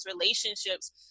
relationships